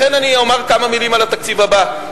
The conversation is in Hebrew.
לכן אני אומר כמה מלים על התקציב הבא.